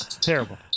Terrible